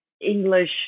English